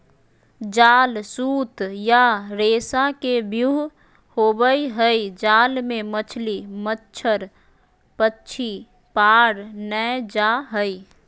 जाल सूत या रेशा के व्यूह होवई हई जाल मे मछली, मच्छड़, पक्षी पार नै जा हई